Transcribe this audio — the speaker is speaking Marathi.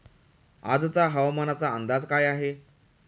आजचा हवामानाचा अंदाज काय आहे?